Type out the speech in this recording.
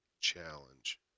challenge